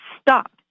stop